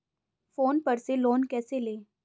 Phone पर से loan कैसे लें?